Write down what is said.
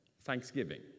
Thanksgiving